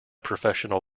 professional